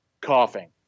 coughing